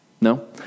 No